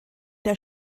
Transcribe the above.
der